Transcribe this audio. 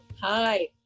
Hi